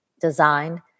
designed